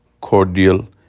cordial